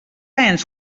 ens